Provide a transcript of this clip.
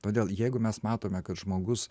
todėl jeigu mes matome kad žmogus